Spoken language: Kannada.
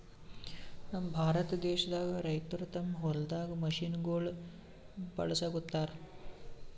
ನಮ್ ಭಾರತ ದೇಶದಾಗ್ ರೈತರ್ ತಮ್ಮ್ ಹೊಲ್ದಾಗ್ ಮಷಿನಗೋಳ್ ಬಳಸುಗತ್ತರ್